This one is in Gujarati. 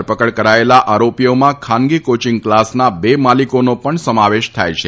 ધરપકડ કરાયેલા આરોપીઓમાં ખાનગી કોચીંગ કલાસના બે માલીકોનો પણ સમાવેશ થાય છે